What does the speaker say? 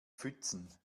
pfützen